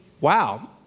wow